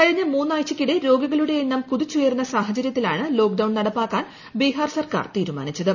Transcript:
കഴിഞ്ഞ ് മൂന്നാഴ്ചയ്ക്കിടെ രോഗികളുടെ എണ്ണം കുതിച്ചുയർന്ന സാഹചര്യത്തിലാണ് ലോക്ഡൌൺ നടപ്പാക്കാൻ ബിഹാർ സർക്കാർ തീരുമാനിച്ചത്